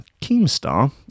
Keemstar